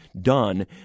done